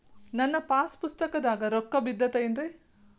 ನನ್ನ ಪಾಸ್ ಪುಸ್ತಕದಾಗ ರೊಕ್ಕ ಬಿದ್ದೈತೇನ್ರಿ?